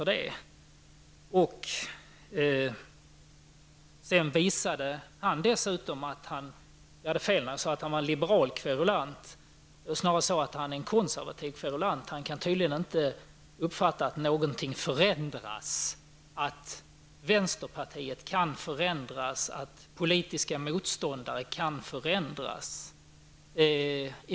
Sedan visade Hadar Cars att jag hade fel när jag sade att han var en liberal kverulant; han är snarare en konservativ kverulant. Han kan tydligen inte uppfatta att någonting förändras -- att vänsterpartiet kan förändras, att politiska motståndare kan förändras.